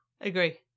Agree